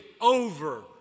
over